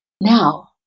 Now